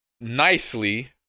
nicely